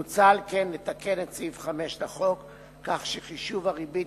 מוצע על כן לתקן את סעיף 5 לחוק כך שחישוב הריבית